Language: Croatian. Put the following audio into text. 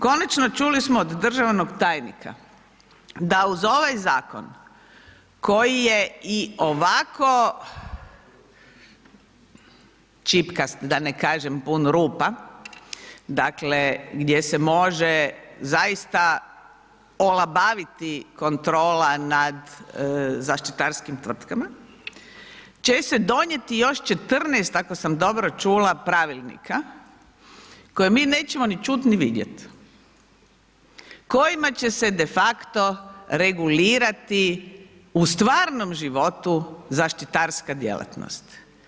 Konačno čuli smo od državnog tajnika da uz ovaj zakon koji je i ovako čipkast da ne kažem pun rupa, dakle gdje se može zaista olabaviti kontrola nad zaštitarskim tvrtkama, će se donijeto još 14 ako sam dobro čula pravilnika koje mi nećemo ni čuti ni vidjeti, kojima će se de facto regulirati u stvarnom životu zaštitarska djelatnost.